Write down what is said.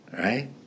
right